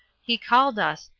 he called us,